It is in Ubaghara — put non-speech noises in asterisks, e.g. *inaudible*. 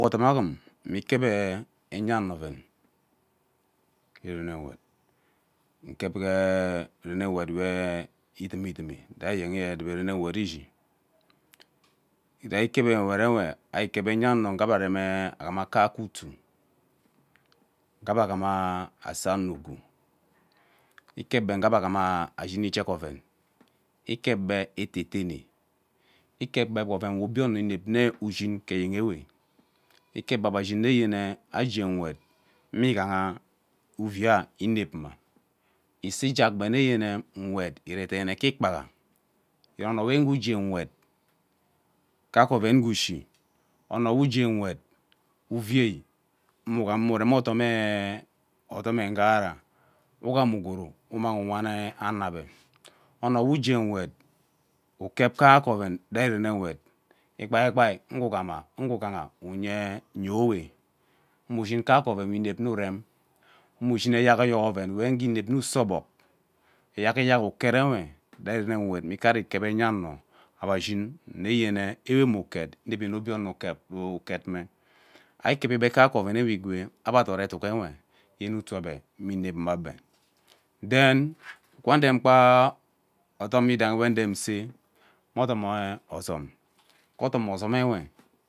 Odam aghum me ikep enya ono oven ke rene nwet ke rene uwet we edimi edimi rei edubo rene uwet ishi rai rene nwet ewe ari ikep enya ono ngee abe arem ee aghama kaeke utuu ngee ebe arema ase ano ugwu ikep ebe ugee ebe rem ashin ijek oven ikep ebe etetene ikep ebe oven envi nne obie ono ushin ke enyen ewe ikep ebe, ebe ashin nnyen ee agee nwet mme ighaha uvia inep mma isee ijak ebe mme nwet ire deene kee ikpagha yene ono we ugu gee nwet kaeke oven uge ushi ono we ugee uwet uvei nuga nwura *hesitation* rem odom ee ughara ughem ugwuru we mmang uwen ee ana ebe ono we ijee nwet ukep kaeke oven rai rene nwet ikpai ikpai ngegoma, nge ughaha uyee nyiowe uwu shin kaeke oven we inep nne urem uwu eyak eyak oven wenge inevi nne urem inep mme use ogbog eyak uket nwe rai rene nwet mme ike are ikep enya ano ebe shin mme yene ewe mme uket inevi mme obie ono uket mme ari ikep ebe kaeke oven ewe igwee ebe adorewe yene utuu ebe uwe inep mme ebe then aka urem isee modom ozom ke odom ozom ewe.